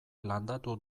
landatu